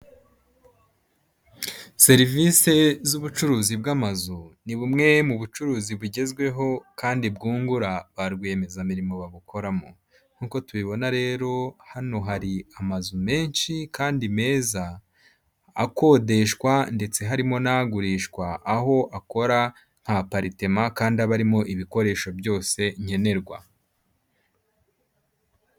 Serivise z'ubucuruzi bw'amazu ni bumwe mu bucuruzi bugezweho kandi bwungura ba rwiyemezamirimo babukoramo. Nkuko tubibona rero, hano hari amazu menshi kandi meza akodeshwa ndetse harimo n'agurishwa aho akora nk'paritema kandi abarimo ibikoresho byose nkenerwa.